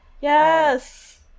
Yes